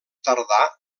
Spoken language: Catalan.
tardà